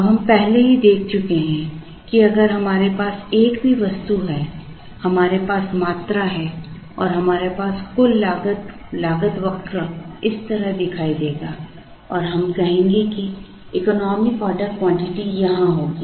अब हम पहले ही देख चुके हैं कि अगर हमारे पास एक भी वस्तु है हमारे पास मात्रा है और हमारे पास कुल लागत वक्र इस तरह दिखाई देगा और हम कहेंगे कि इकोनॉमिक ऑर्डर क्वांटिटी यहाँ होगी